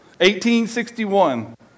1861